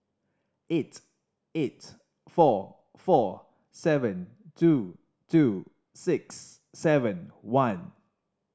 eight eight four four seven two two six seven one